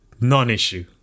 non-issue